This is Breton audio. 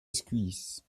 skuizh